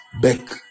back